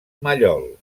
mallol